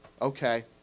okay